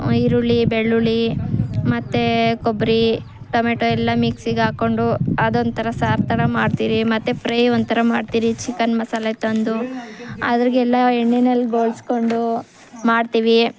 ಈರುಳ್ಳಿ ಬೆಳ್ಳುಳ್ಳಿ ಮತ್ತು ಕೊಬ್ಬರಿ ಟೊಮೆಟೋ ಎಲ್ಲ ಮಿಕ್ಸಿಗಾಕ್ಕೊಂಡು ಅದೊಂಥರ ಸಾರು ಥರ ಮಾಡ್ತೀವಿ ಮತ್ತೆ ಫ್ರೈ ಒಂಥರ ಮಾಡ್ತೀವಿ ಚಿಕನ್ ಮಸಾಲಾ ತಂದು ಅದ್ರಾಗೆಲ್ಲ ಎಣ್ಣೆನಲ್ಲಿ ಗೋಳಿಸ್ಕೊಂಡು ಮಾಡ್ತೀವಿ